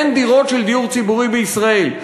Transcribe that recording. אין דירות של דיור ציבורי בישראל,